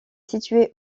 situé